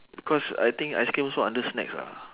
cause I think ice cream also under snacks ah